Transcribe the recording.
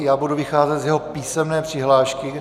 Já budu vycházet z jeho písemné přihlášky.